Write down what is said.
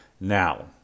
Now